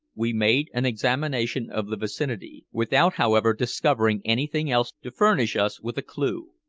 we made an examination of the vicinity, without, however, discovering anything else to furnish us with a clew.